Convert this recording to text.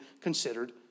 considered